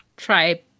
try